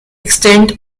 extinct